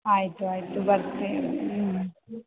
ಆಯಿತು ಆಯಿತು ಬರ್ತೀವಿ ಹ್ಞೂ